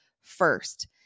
first